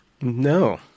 No